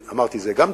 אמרתי: זה גם צודק,